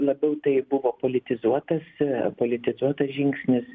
labiau tai buvo politizuotas politizuotas žingsnis